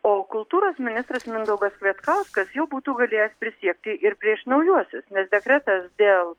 o kultūros ministras mindaugas kvietkauskas jau būtų galėjęs prisiekti ir prieš naujuosius nes dekretas dėl